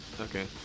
Okay